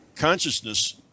consciousness